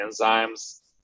enzymes